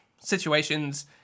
situations